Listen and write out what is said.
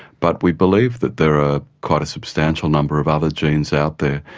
but we believe that there are quite a substantial number of other genes out there,